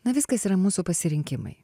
na viskas yra mūsų pasirinkimai